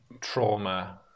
trauma